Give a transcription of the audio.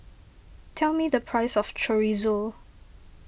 tell me the price of Chorizo